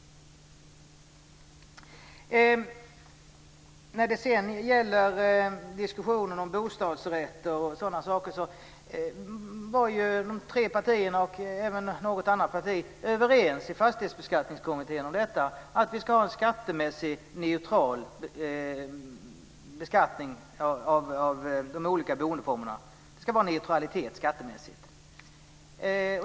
När det gäller diskussionen om bostadsrätter kan jag säga att tre partier i Fastighetsbeskattningskommittén - ytterligare något parti var med på det - var överens om att vi ska ha en neutral beskattning av de olika boendeformerna. Det ska finnas en neutralitet skattemässigt.